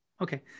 Okay